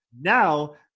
Now